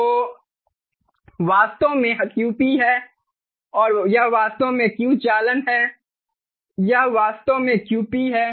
तो यह वास्तव में QP है और यह वास्तव में Q चालन है यह वास्तव में Qp है